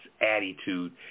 attitude